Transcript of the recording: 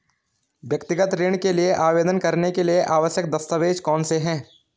व्यक्तिगत ऋण के लिए आवेदन करने के लिए आवश्यक दस्तावेज़ कौनसे हैं?